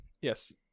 Yes